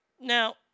Now